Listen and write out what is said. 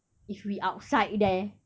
if we outside there